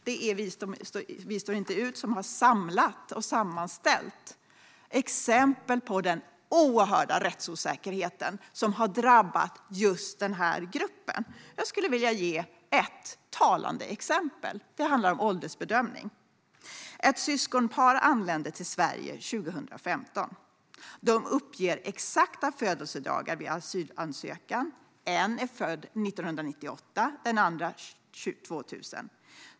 Det är Vi står inte ut som har samlat och sammanställt exempel på den oerhörda rättsosäkerhet som har drabbat just den här gruppen. Jag skulle vilja ge ett talande exempel. Det handlar om åldersbedömning. Ett syskonpar anländer till Sverige 2015. De uppger exakta födelsedagar vid asylansökan. En är född 1998, den andra 2000.